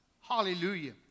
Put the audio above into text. Hallelujah